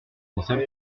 concept